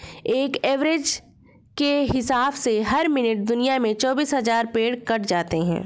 एक एवरेज के हिसाब से हर मिनट दुनिया में चौबीस हज़ार पेड़ कट जाते हैं